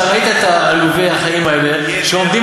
אתה ראית את עלובי החיים האלה שעומדים